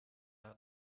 out